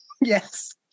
Yes